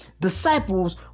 Disciples